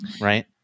Right